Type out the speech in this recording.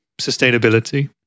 sustainability